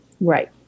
right